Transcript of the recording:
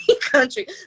country